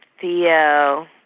Theo